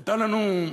הייתה לנו,